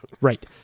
Right